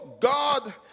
God